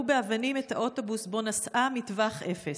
באבנים את האוטובוס שבו נסעה מטווח אפס.